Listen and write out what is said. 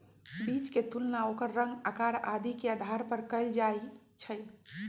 बीज के तुलना ओकर रंग, आकार आदि के आधार पर कएल जाई छई